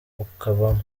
ukavamo